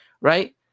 right